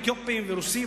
אתיופים ורוסים?